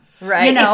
Right